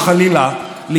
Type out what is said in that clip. ב.